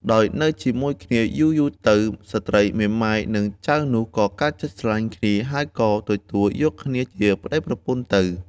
ដោយនៅជាមួយគ្នាយូរៗទៅ ស្ត្រីមេម៉ាយនិងចៅនោះ ក៏កើតចិត្តស្រឡាញ់គ្នា ហើយក៏ទទួលយកគ្នាជាប្តីប្រពន្ធទៅ។